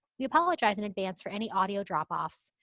we apologize in advance for any audio drop offs.